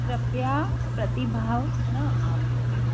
કૃપયા પ્રતિભાવ ન આપો